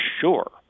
sure